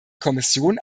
kommission